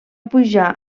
pujar